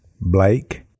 Blake